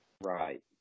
Right